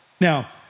Now